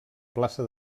plaça